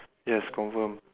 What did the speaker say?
yes confirm